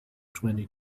twenty